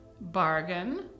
Bargain